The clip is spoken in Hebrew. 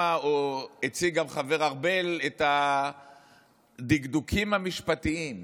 הציג גם החבר ארבל את הדקדוקים המשפטיים.